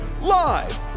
Live